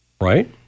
right